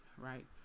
right